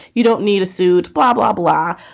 you don't need a suit, blah, blah, blah,